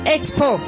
Expo